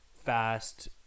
Fast